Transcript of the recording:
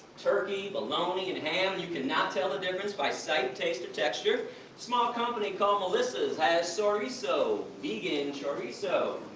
turkey, baloney and ham. you can not tell the difference by sight, taste or texture. a small company called melissa's has soyrizo, so vegan chorizo.